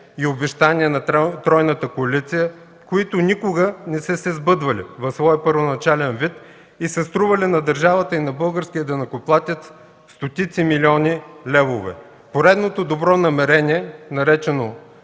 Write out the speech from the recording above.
и обещания на тройната коалиция, които никога не са се сбъдвали в своя първоначален вид и са стрували на държавата и на българския данъкоплатец стотици милиони левове. Поредното добро намерение, наречено